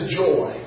joy